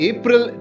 April